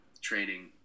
training